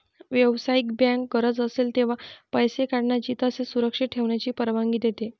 व्यावसायिक बँक गरज असेल तेव्हा पैसे काढण्याची तसेच सुरक्षित ठेवण्याची परवानगी देते